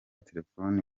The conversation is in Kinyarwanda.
telefone